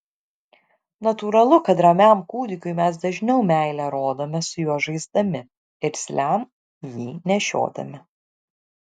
natūralu kad ramiam kūdikiui mes dažniau meilę rodome su juo žaisdami irzliam jį nešiodami